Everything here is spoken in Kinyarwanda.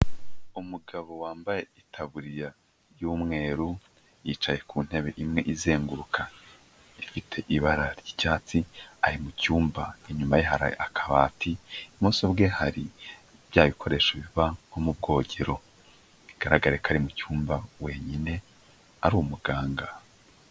Umugabo wambaye itaburiya y'umweru yicaye ku ntebe imwe izenguruka, ifite ibara ry'icyatsi ari mu cyumba, inyuma ye hari akabati, ibumoso bwe hari bya bikoresho biba nko mu bwogero, bigaragare ko ari mu cyumba wenyine ari umuganga.